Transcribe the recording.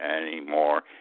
anymore